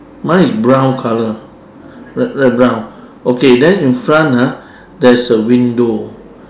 mine is brown colour light light brown okay then in front ah there is a window